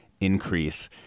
increase